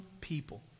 people